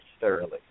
thoroughly